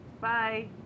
Bye